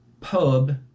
Pub